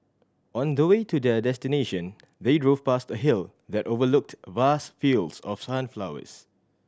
on the way to their destination they drove past a hill that overlooked vast fields of sunflowers